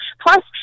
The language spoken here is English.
Plus